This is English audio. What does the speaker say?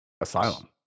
Asylum